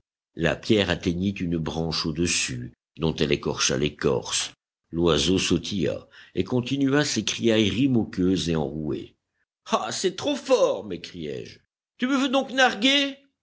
la pierre atteignit une branche au-dessus dont elle écorcha l'écorce l'oiseau sautilla et continua ses criailleries moqueuses et enrouées ah c'est trop fort m'écriai-je tu me veux donc narguer